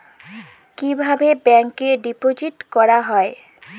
কিভাবে ব্যাংকে ডিপোজিট করা হয়?